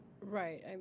Right